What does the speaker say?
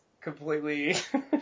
completely